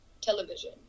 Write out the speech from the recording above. television